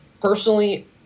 personally